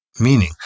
meaning